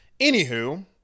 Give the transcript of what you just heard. Anywho